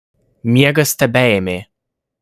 miegas tebeėmė